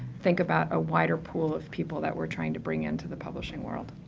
think about a wider pool of people, that we're trying to bring into the publishing world.